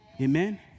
Amen